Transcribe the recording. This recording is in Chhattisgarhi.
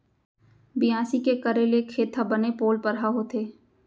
बियासी के करे ले खेत ह बने पोलपरहा होथे